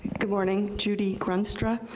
good morning judy grunstra.